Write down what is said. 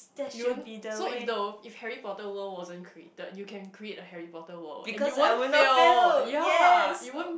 you won't so if the if Harry-Potter world wasn't created you can create a Harry-Potter world and you won't fail ya you won't